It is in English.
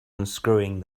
unscrewing